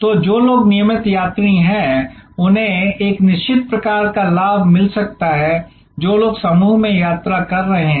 तो जो लोग नियमित यात्री हैं उन्हें एक निश्चित प्रकार का लाभ मिल सकता है जो लोग समूह में यात्रा कर रहे हैं